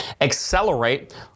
accelerate